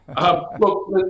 Look